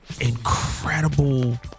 incredible